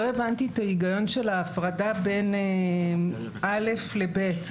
לא הבנתי את ההיגיון של ההפרדה בין (א) ל-(ב).